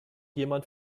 jemand